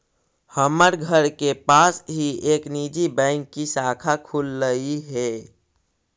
हमर घर के पास ही एक निजी बैंक की शाखा खुललई हे